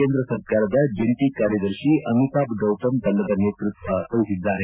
ಕೇಂದ್ರ ಸರ್ಕಾರದ ಜಂಟ ಕಾರ್ಯದರ್ಶಿ ಅಮಿತಾಬ್ ಗೌತಮ್ ತಂಡದ ನೇತೃತ್ವ ವಹಿಸಿದ್ದಾರೆ